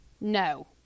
No